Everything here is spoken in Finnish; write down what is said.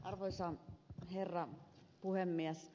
arvoisa herra puhemies